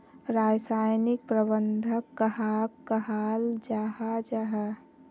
रासायनिक प्रबंधन कहाक कहाल जाहा जाहा?